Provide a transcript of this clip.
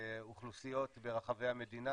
לאוכלוסיות ברחבי המדינה,